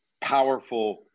powerful